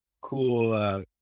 Cool